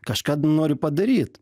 kažką nori padaryt